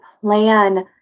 plan